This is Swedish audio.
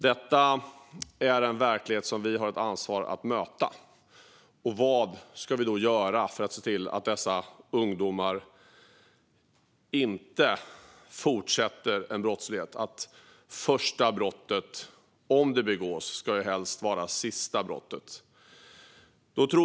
Detta är en verklighet som vi har ett ansvar att möta. Och vad ska vi då göra för att se till att dessa ungdomar inte fortsätter med brottslighet? Om ett första brott begås ska det helst vara det sista brottet.